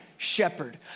shepherd